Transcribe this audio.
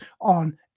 on